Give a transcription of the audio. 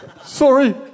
Sorry